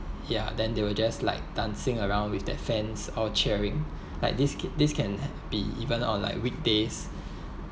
ya then they will just like dancing around with the fans all cheering like this kid this can be even on like weekdays